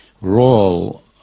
role